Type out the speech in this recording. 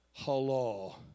Halal